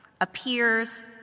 appears